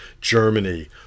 Germany